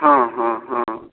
हँ हँ हँ